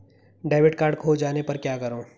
Debit card खो जाने पर क्या करूँ?